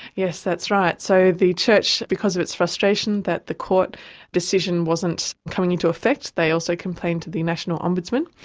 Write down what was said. yes, that's right. so the church, because of its frustration that the court decision wasn't coming into effect, they also complained to the national ombudsman.